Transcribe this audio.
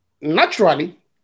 naturally